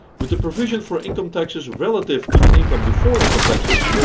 with the provision for income taxes relative to the income before income taxes,